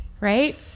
right